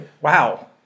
Wow